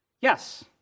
Yes